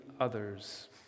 others